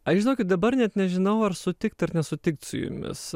aš žinokit dabar net nežinau ar sutikt ar nesutikt su jumis